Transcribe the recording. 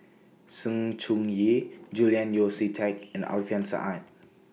Sng Choon Yee Julian Yeo See Teck and Alfian Sa'at